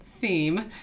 theme